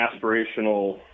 aspirational